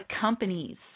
companies